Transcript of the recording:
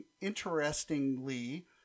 Interestingly